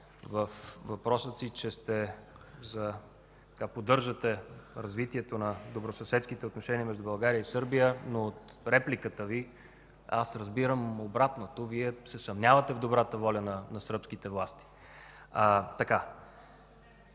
във въпроса Ви, че поддържате развитието на добросъседските отношения между България и Сърбия, но от репликата Ви разбирам обратното – Вие се съмнявате в добрата воля на сръбските власти. (Шум